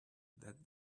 that